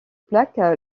plaque